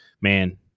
man